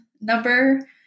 number